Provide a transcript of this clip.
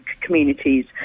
communities